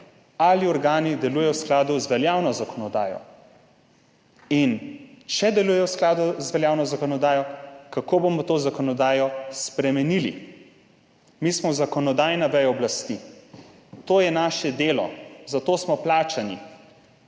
ali organi delujejo v skladu z veljavno zakonodajo. Če delujejo v skladu z veljavno zakonodajo, kako bomo to zakonodajo spremenili. Mi smo zakonodajna veja oblasti, to je naše delo, za to smo plačani,